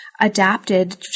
adapted